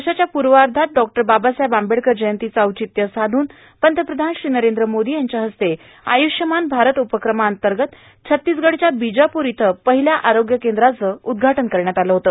वर्षाच्या पुर्वार्धात डॉ बाबासाहेब आंबेडकर जयंतीचं औचित्य साधुन पंतप्रधान श्री मोदी यांच्या हस्ते आयुष्यमान भारत उपक्रमांतर्गत छत्तीसगडच्या बीजापूर इथं पहिल्या आरोग्य केंद्राचं उद्घाटन करण्यात आलं होतं